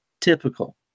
typical